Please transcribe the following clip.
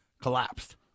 collapsed